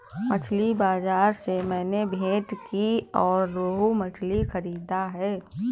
मछली बाजार से मैंने भेंटकी और रोहू मछली खरीदा है